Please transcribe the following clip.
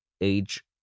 age